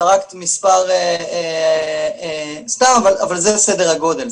זרקת מספר סתם, אבל זה סדר הגודל.